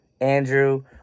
andrew